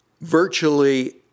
virtually